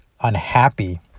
unhappy